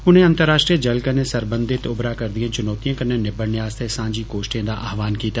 उने अंतर्राष्ट्रीय जल कन्नै सरबंधत उमरा रदिये चुनौतियें कन्नै निब्बड़ने आस्तै सांझी कोश्टें दा आह्वान कीता